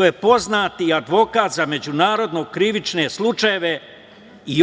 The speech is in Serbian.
On je poznati advokat za međunarodne krivične slučajeve i